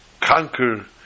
conquer